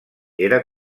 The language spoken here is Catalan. era